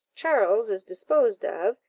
charles is disposed of,